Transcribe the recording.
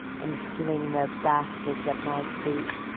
and fling their bastards at my feet.